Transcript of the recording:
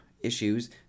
issues